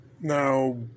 Now